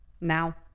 Now